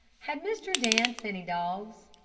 had mr. dance any dogs?